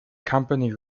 company